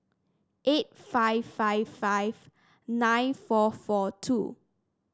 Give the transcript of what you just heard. eight five five five nine four four two